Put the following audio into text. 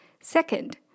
Second